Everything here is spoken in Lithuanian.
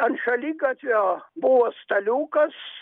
ant šaligatvio buvo staliukas